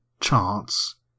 charts